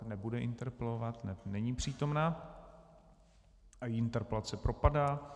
Nebude interpelovat, neb není přítomna, její interpelace propadá.